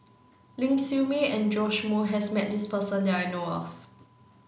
Ling Siew May and Joash Moo has met this person that I know of